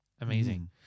amazing